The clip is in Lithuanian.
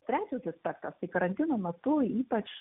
trečias aspektas tai karantino metu ypač